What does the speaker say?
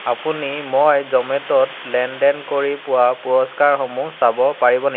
আপুনি মই জ'মেটত লেনদেন কৰি পোৱা পুৰস্কাৰসমূহ চাব পাৰিব নি